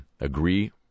agree